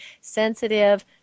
sensitive